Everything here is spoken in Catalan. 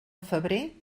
febrer